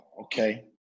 okay